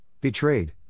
betrayed